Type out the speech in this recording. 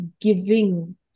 giving